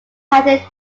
had